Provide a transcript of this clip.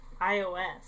iOS